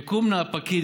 יקום נא הפקיד,